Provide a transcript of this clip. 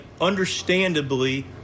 understandably